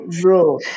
bro